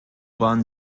waren